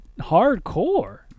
hardcore